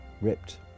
ripped